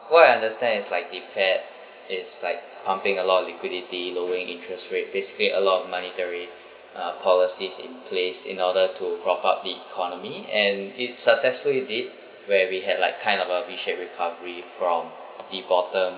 what I understand is like it's had is like pumping a lot of liquidity lowering interest rate basically a lot of monetary uh policies in place in order to prop up the economy and it successful is it where we had like kind of a v shaped recovery from uh the bottom